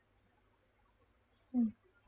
mm